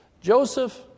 Joseph